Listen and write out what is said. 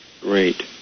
Great